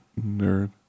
nerd